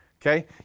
Okay